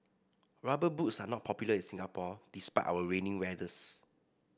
rubber boots are not popular in Singapore despite our rainy weathers